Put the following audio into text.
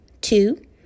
Two